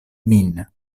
min